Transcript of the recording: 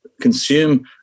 consume